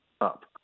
up